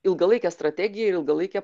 ilgalaikę strategiją ir ilgalaikę